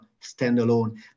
standalone